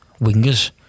wingers